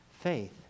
faith